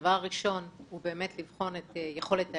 הדבר הראשון הוא באמת לבחון את יכולת ההחזר,